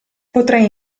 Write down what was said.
potrei